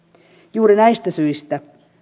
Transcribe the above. juuri näistä syistä